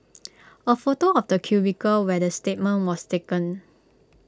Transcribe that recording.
A photo of the cubicle where the statement was taken